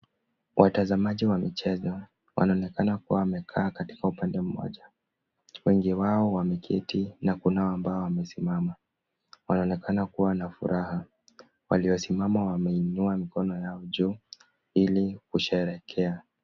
Watazamaji wa michezo wanaonekana kuwa wamekaa katika upande mmoja wengi wao wameketi na kunao ambao wamesimama. Wanaonekana kuwa na furaha waliosimama wameinua mikono yao juu ili kusherehekea.